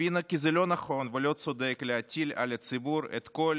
הבינה כי לא נכון ולא צודק להטיל על הציבור את כל